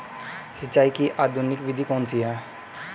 सिंचाई की आधुनिक विधि कौन सी है?